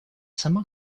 сама